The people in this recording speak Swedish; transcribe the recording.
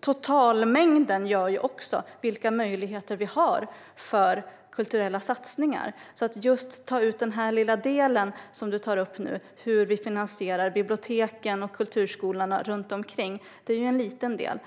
totala avgör vilka möjligheter vi har för kulturella satsningar. Att just lyfta ut den del som hon nu tar upp, alltså hur vi finansierar biblioteken och kulturskolorna, är en liten del.